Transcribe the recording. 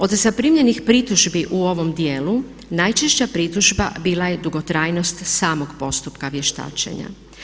Od zaprimljenih pritužbi u ovom dijelu najčešća pritužba bila je dugotrajnost samog postupka vještačenja.